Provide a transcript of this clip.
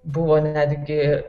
buvo netgi